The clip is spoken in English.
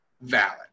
valid